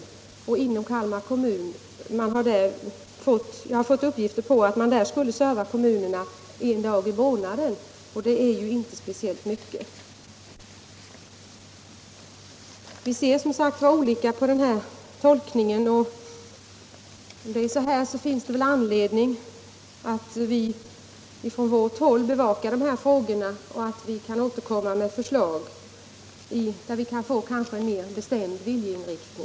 Jag har fått uppgifter från Kalmar om att konsumentsekreteraren där skulle serva kommunerna en dag i månaden, och det är inte speciellt mycket. Vi ser, som sagt, olika på den här tolkningen. Det finns väl anledning för oss från vårt håll att bevaka frågorna och återkomma med förslag som kan ge en mera bestämd viljeinriktning.